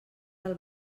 del